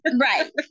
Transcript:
Right